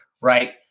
Right